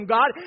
God